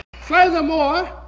Furthermore